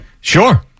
Sure